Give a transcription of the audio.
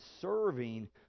serving